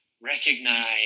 recognize